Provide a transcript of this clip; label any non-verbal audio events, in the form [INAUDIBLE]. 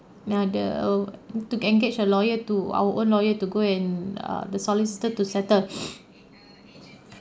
no the err to engage a lawyer to our own lawyer to go and err the solicitor to settle [NOISE]